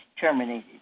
terminated